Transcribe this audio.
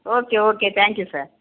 okay okay thank you sir